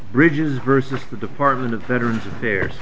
bridges versus the department of veterans affairs